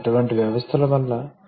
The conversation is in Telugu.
లో వాటి పాత్రల గురించి అవి ఏమి చేస్తాయో తెలుసుకుంటాము మరియు హైడ్రాలిక్ పంపులు మరియు మోటార్లు యొక్క నిర్మాణ మరియు క్రియాత్మక అంశాలు అవి ఎలా పని చేస్తాయో వివరిస్తాము మరియు చాలా ముఖ్యమైన భాగాలు అయిన డైరెక్షనల్ వాల్వ్స్ మరియు కంట్రోల్ వాల్వ్స్ లతో సుపరిచితులు కాగలరు